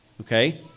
Okay